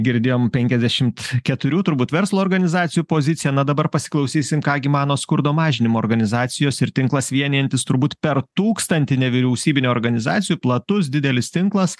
girdėjom penkiasdešimt keturių turbūt verslo organizacijų poziciją na dabar pasiklausysim ką gi mano skurdo mažinimo organizacijos ir tinklas vienijantis turbūt per tūkstantį nevyriausybinių organizacijų platus didelis tinklas